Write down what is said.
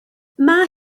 mae